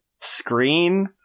screen